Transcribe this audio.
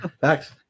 Thanks